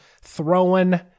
throwing